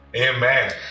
Amen